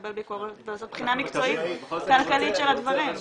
לקבל ביקורת ולעשות בחינה מקצועית כלכלית של הדברים.